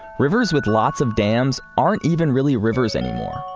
rivers with lots of dams aren't even really rivers anymore.